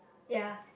ya